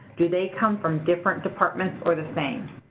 do they come from different departments or the same?